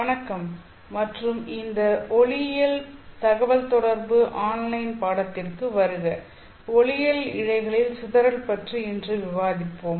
வணக்கம் மற்றும் இந்த ஒளியியல் தகவல்தொடர்பு ஆன்லைன் பாடத்திற்கு வருக ஒளியியல் இழைகளில் சிதறல் பற்றி இன்று விவாதிப்போம்